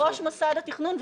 ראש מוסד התכנון.